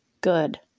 Good